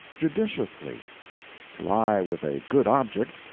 judiciously to lie with a good object,